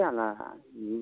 जानान